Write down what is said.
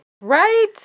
Right